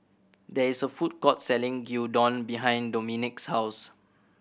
there is a food court selling Gyudon behind Dominque's house